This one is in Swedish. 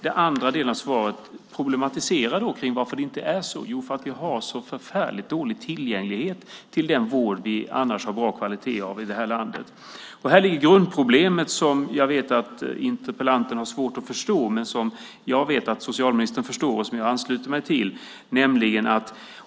Den andra huvudpunkten i svaret problematiserar varför det inte är så. Jo, det är för att vi har så förfärligt dålig tillgänglighet till den vård som annars har bra kvalitet i det här landet. Här ligger grundproblemet, som jag vet att interpellanten har svårt att förstå men som jag vet att socialministern förstår och som jag ansluter mig till.